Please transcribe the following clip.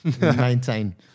Maintain